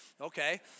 Okay